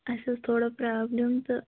اَسہِ ٲس تھوڑا پرٛابلِم تہٕ